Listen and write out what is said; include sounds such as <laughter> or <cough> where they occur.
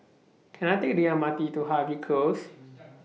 Can I Take The M R T to Harvey Close <noise>